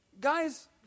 Guys